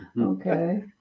okay